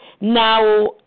Now